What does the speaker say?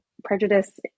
Prejudice